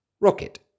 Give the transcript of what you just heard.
Rocket